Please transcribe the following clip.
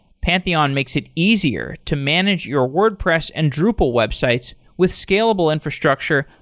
pantheon makes it easier to manage your wordpress and drupal websites with scalable infrastructure,